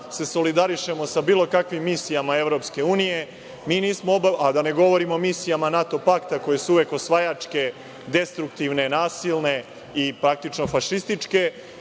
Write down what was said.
se solidarišemo sa bilo kakvim misijama EU, a da ne govorim o misijama NATO pakta koje su uvek osvajačke, destruktivne, nasilne i praktično fašističke